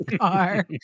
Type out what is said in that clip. car